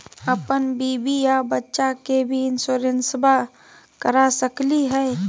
अपन बीबी आ बच्चा के भी इंसोरेंसबा करा सकली हय?